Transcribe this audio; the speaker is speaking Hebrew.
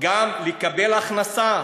גם לקבל הכנסה